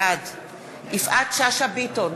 בעד יפעת שאשא ביטון,